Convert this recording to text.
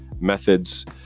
methods